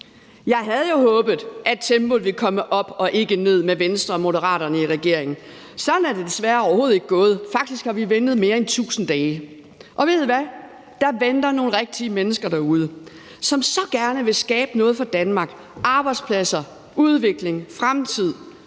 Jeg havde jo håbet, at tempoet ville komme op og ikke ned med Venstre og Moderaterne i regering, men sådan er det desværre overhovedet ikke gået. Faktisk har vi ventet i mere end 1.000 dage. Og ved I hvad, der venter nogle rigtige mennesker derude, som så gerne vil skabe noget for Danmark: arbejdspladser, udvikling, fremtid,